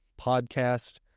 podcast